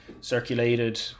circulated